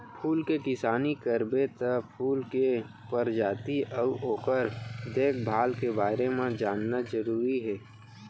फूल के किसानी करबे त फूल के परजाति अउ ओकर देखभाल के बारे म जानना जरूरी हे